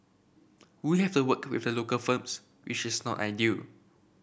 we have to work with the local firms which is not ideal